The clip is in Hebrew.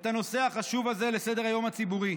את הנושא החשוב הזה לסדר-היום הציבורי.